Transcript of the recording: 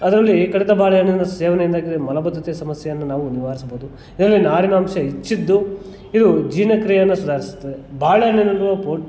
ಅದರಲ್ಲಿ ಕಳಿತ ಬಾಳೆ ಹಣ್ಣಿನ ಸೇವನೆಯಿಂದಾಗಿ ಮಲಬದ್ಧತೆ ಸಮಸ್ಯೆಯನ್ನು ನಾವು ನಿವಾರಿಸ್ಬೋದು ಇದರಲ್ಲಿ ನಾರಿನ ಅಂಶ ಹೆಚ್ಚಿದ್ದು ಇದು ಜೀರ್ಣ ಕ್ರಿಯೆಯನ್ನು ಸುಧಾರಿಸ್ತದೆ ಬಾಳೆ ಹಣ್ಣಿನಲ್ಲಿರುವ